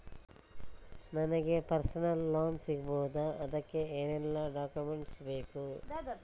ನನಗೆ personal loan ಸಿಗಬಹುದ ಅದಕ್ಕೆ ಏನೆಲ್ಲ ಡಾಕ್ಯುಮೆಂಟ್ ಬೇಕು?